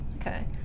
Okay